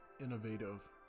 innovative